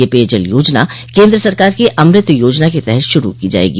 यह पेयजल योजना केन्द्र सरकार की अमृत योजना के तहत शुरू की जायेगी